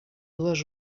dues